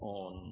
on